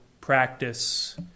practice